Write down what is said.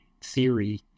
theory